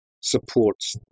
supports